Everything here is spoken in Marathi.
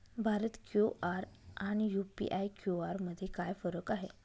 भारत क्यू.आर आणि यू.पी.आय क्यू.आर मध्ये काय फरक आहे?